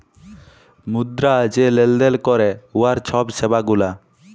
মুদ্রা যে লেলদেল ক্যরে উয়ার ছব সেবা গুলা